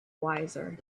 wiser